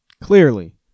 clearly